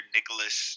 Nicholas